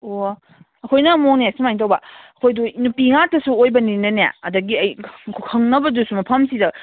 ꯑꯣ ꯑꯩꯈꯣꯏꯅ ꯑꯃꯨꯛꯅꯦ ꯁꯨꯃꯥꯏꯅ ꯇꯧꯕ ꯑꯩꯈꯣꯏꯗꯣ ꯅꯨꯨꯄꯤ ꯉꯥꯛꯇꯁꯨ ꯑꯣꯏꯕꯅꯤꯅꯅꯦ ꯑꯗꯒꯤ ꯑꯩ ꯈꯪꯅꯕꯗꯨꯁꯨ ꯃꯐꯝꯁꯤꯗ